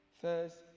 First